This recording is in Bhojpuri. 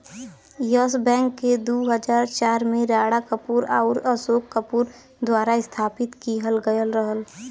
यस बैंक के दू हज़ार चार में राणा कपूर आउर अशोक कपूर द्वारा स्थापित किहल गयल रहल